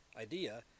idea